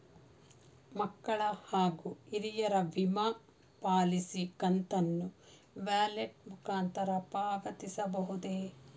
ಮಕ್ಕಳ ಹಾಗೂ ಹಿರಿಯರ ವಿಮಾ ಪಾಲಿಸಿ ಕಂತನ್ನು ವ್ಯಾಲೆಟ್ ಮುಖಾಂತರ ಪಾವತಿಸಬಹುದೇ?